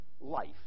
life